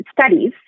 studies